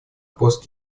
пост